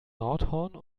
nordhorn